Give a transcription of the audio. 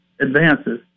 Advances